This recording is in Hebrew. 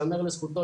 יאמר לזכותו,